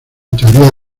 teoría